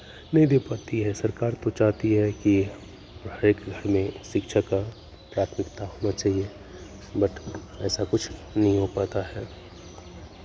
नहीं दे पाती है सरकार तो चाहती है कि हरेक घर में शिक्षा का प्राथमिकता होना चाहिए बट ऐसा कुछ नहीं हो पाता है